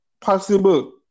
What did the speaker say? possible